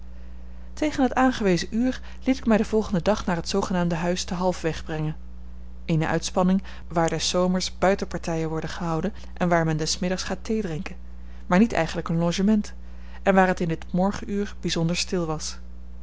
tegen het aangewezen uur liet ik mij den volgenden dag naar het zoogenaamde huis te halfweg brengen eene uitspanning waar des zomers buitenpartijen worden gehouden en waar men des middags gaat theedrinken maar niet eigenlijk een logement en waar het in dit morgenuur bijzonder stil was